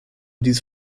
diese